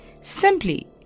simply